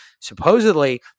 Supposedly